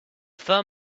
fur